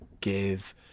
give